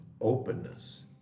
openness